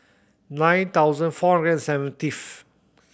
nine thousand four hundred seventieth